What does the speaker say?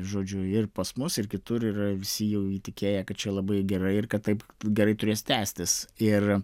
žodžiu ir pas mus ir kitur yra visi jau įtikėję kad čia labai gerai ir kad taip gerai turės tęstis ir